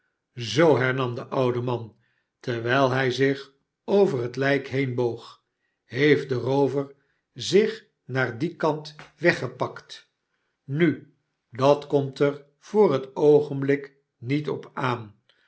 zoo hernam de oude man terwijl hij zich over het lijk heenboog heeft de roover zich naar dien kant eggepakt nu dat komt er voor het oogenblik niet op aan